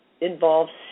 involves